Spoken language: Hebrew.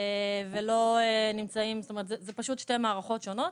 זה פשוט שתי מערכות שונות.